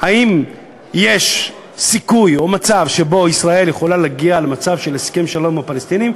האם יש סיכוי או מצב שבו ישראל יכולה להגיע להסכם שלום עם הפלסטינים,